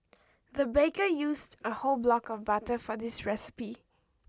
the baker used a whole block of butter for this recipe